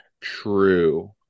True